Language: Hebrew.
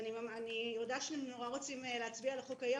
אני יודעת שרוצים להצביע על החוק היום,